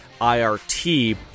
IRT